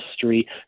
history